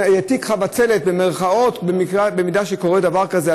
"תיק חבצלת", במירכאות, אם קורה דבר כזה?